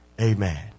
Amen